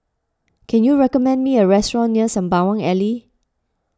can you recommend me a restaurant near Sembawang Alley